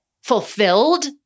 fulfilled